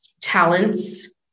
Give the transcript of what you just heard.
talents